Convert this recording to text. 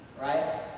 Right